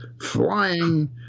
flying